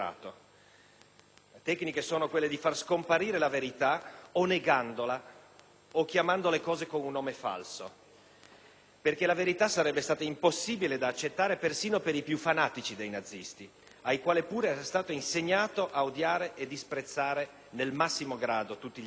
comandante scellerato: far scomparire la verità, o negandola, o chiamando le cose con un nome falso, perché la verità sarebbe stata impossibile da accettare persino per i più fanatici dei nazisti, ai quali, pure, era stato insegnato a odiare e disprezzare nel massimo grado tutti gli ebrei.